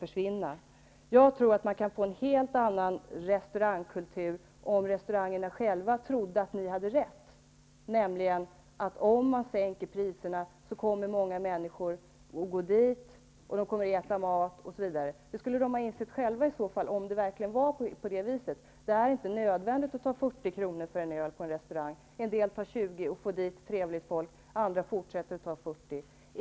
Jag tror att vi skulle kunna få en helt annan restaurangkultur om restaurangerna själva trodde att ni hade rätt, dvs. om man sänker priserna kommer många människor att gå på restaurang och äta mat osv. Men det skulle man inom restaurangbranschen ha insett själva, om det verkligen var på det viset. Det är inte nödvändigt att ta 40 kr. för en öl på en restaurang. En del restauranger tar 20 kr. och får dit trevligt folk. Andra fortsätter att ta 40 kr.